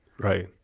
Right